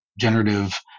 generative